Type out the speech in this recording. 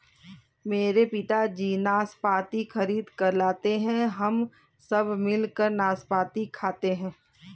मेरे पिताजी नाशपाती खरीद कर लाते हैं हम सब मिलकर नाशपाती खाते हैं